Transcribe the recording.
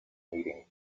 meeting